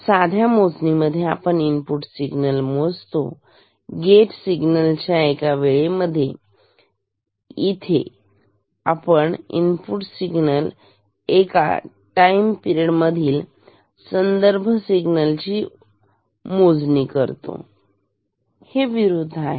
साध्या मोजणी मध्ये आपण इनपुट सिग्नल मोजतो गेट सिग्नल च्या एका वेळेमध्ये आणि इथे आपण इनपुट सिग्नल एका टाईम पिरेड मधील संदर्भ सिग्नल ची मोजणी करतो हे विरुद्ध आहे